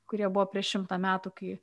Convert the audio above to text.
kurie buvo prieš šimtą metų kai